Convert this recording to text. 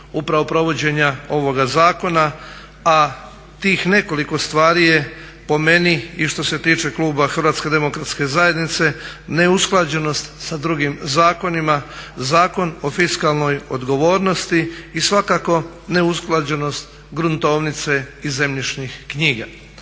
upravo provođenja ovoga zakona, a tih nekoliko stvari je po meni i što se tiče kluba HDZ-a neusklađenost sa drugim zakonima, Zakon o fiskalnoj odgovornosti i svakako neusklađenost gruntovnice i zemljišnih knjiga.